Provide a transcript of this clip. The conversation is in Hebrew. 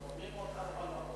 שומעים אותך בכל מקום.